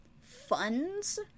funds